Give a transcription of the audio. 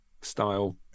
style